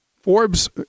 Forbes